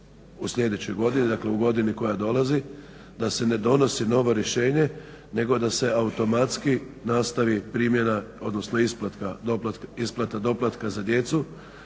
u sljedećoj godini, dakle u godini koja dolazi, da se ne donosi novo rješenje nego da se automatski nastavi primjena, odnosno isplata doplatka za djecu.